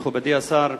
מכובדי השר,